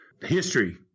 history